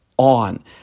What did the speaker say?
on